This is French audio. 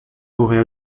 aurait